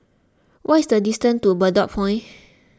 what is the distance to Bedok Point